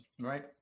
right